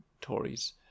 Tories